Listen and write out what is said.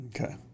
Okay